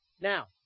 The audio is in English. Now